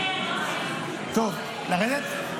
לרדת?